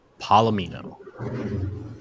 palomino